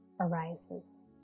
arises